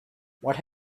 what